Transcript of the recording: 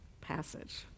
passage